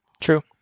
True